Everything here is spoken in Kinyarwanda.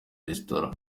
restaurant